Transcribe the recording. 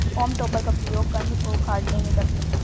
home टॉपर का प्रयोग कन्द को उखाड़ने में करते हैं